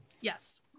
Yes